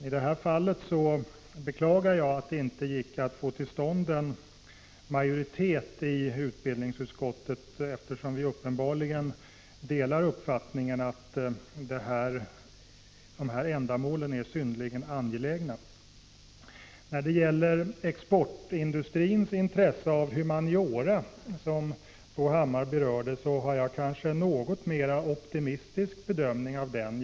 I detta fall beklagar jag att det inte gick att få till stånd en majoritet i utbildningsutskottet, eftersom vi uppenbarligen är eniga om att dessa ändamål är synnerligen angelägna. Bo Hammar berörde exportindustrins intresse av humaniora. Jag gör kanske en något mer optimistisk bedömning därvidlag.